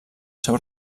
seu